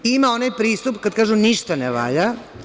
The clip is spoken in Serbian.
Ima i onaj pristup kada kažu – ništa ne valja.